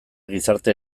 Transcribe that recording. gizarte